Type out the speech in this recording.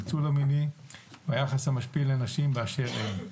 הניצול המיני והיחס המשפיל לנשים באשר הן.